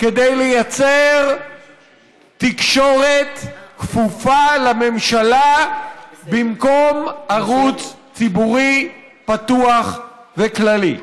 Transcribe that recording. כדי לייצר תקשורת כפופה לממשלה במקום ערוץ ציבורי פתוח וכללי.